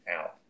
out